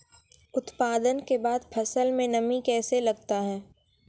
उत्पादन के बाद फसल मे नमी कैसे लगता हैं?